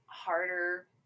Harder